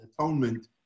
atonement